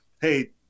hey